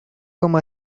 como